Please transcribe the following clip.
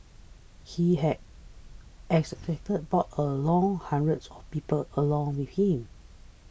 he had as expected brought along hundreds of people along with him